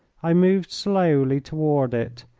i moved slowly toward it,